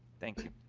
thank you.